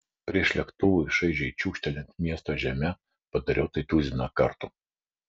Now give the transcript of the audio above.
prieš lėktuvui šaižiai čiūžtelint miesto žeme padariau tai tuziną kartų